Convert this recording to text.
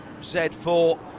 Z4